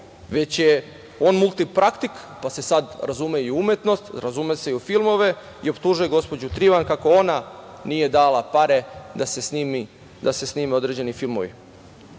već je on multipraktik, pa se sad razume i u umetnost, razume se u filmove i optužuje gospođu Trivan kako ona nije dala pare da se snime određeni filmovi. Iako